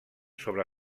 sobre